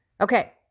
Okay